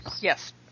Yes